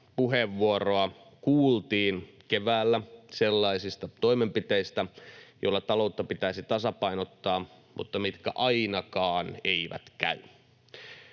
puheenvuoroa kuultiin keväällä sellaisista toimenpiteistä, joilla taloutta pitäisi tasapainottaa mutta jotka ainakaan eivät käy.